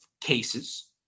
cases